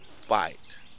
fight